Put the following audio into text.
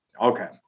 Okay